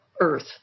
earth